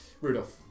Rudolph